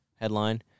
headline